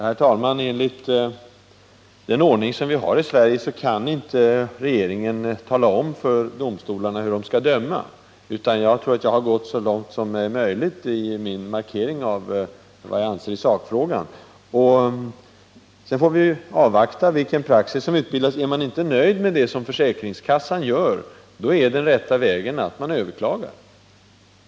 Herr talman! Enligt den ordning som vi har i Sverige kan inte regeringen tala om för domstolarna hur de skall döma. Jag tror att jag har gått så långt som är möjligt i min markering av vad jag anser i sakfrågan. Sedan får vi avvakta och se vilken praxis som utbildas. Är man inte nöjd med vad försäkringskassan beslutar, då är den rätta vägen att man överklagar.